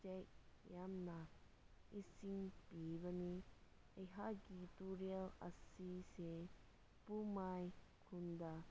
ꯌꯥꯝꯅ ꯏꯁꯤꯡ ꯄꯤꯕꯅꯤ ꯑꯩꯍꯥꯛꯀꯤ ꯇꯨꯔꯦꯜ ꯑꯁꯤꯁꯦ ꯄꯨꯝꯃꯥꯏ ꯈꯨꯟꯗ